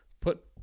put